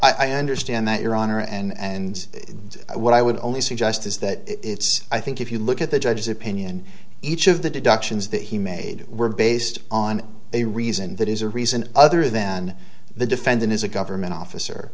well i understand that your honor and what i would only suggest is that it's i think if you look at the judge's opinion each of the deductions that he made were based on a reason that is a reason other than the defendant is a government officer or